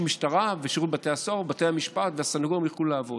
שהמשטרה ושירות בתי הסוהר ובתי המשפט והסנגורים יוכלו לעבוד,